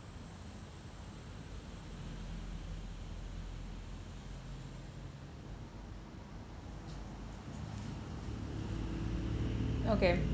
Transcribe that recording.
okay